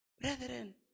brethren